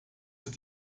ist